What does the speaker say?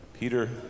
Peter